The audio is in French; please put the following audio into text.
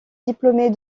diplômée